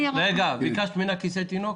רגע, ביקשת ממנה כיסא תינוק?